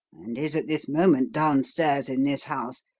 and is at this moment downstairs in this house,